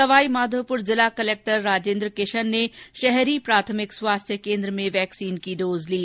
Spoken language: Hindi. सवाई माधोपुर जिला कलेक्टर राजेंद्र किशन ने शहरी प्राथमिक स्वास्थ्य केंद्र में वैक्सीन की डोज ली